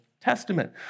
Testament